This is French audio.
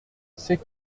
c’est